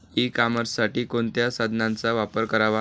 E कॉमर्ससाठी कोणत्या साधनांचा वापर करावा?